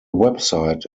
website